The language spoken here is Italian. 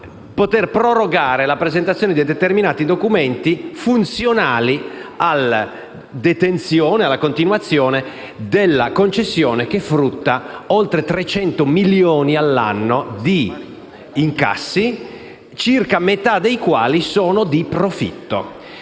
a prorogare la presentazione di determinati documenti funzionali alla continuazione della concessione, che frutta oltre 300 milioni all'anno di incassi, circa metà dei quali sono di profitto.